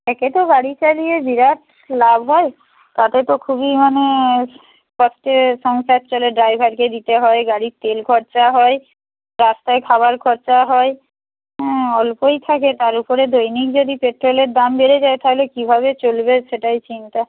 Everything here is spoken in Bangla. একে তো গাড়ি চালিয়ে বিরাট লাভ হয় তাতে তো খুবই মানে কষ্টে সংসার চলে ড্রাইভারকে দিতে হয় গাড়ির তেল খরচা হয় রাস্তায় খাবার খরচা হয় হ্যাঁ অল্পই থাকে তার উপরে দৈনিক যদি পেট্রোলের দাম বেড়ে যায় তাহলে কীভাবে চলবে সেটাই চিন্তা